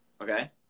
okay